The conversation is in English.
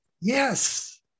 Yes